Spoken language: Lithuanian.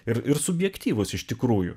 ir ir subjektyvūs iš tikrųjų